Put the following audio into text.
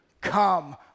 Come